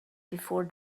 before